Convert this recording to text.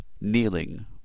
kneeling